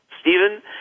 Stephen